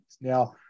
Now